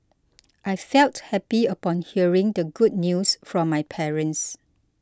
I felt happy upon hearing the good news from my parents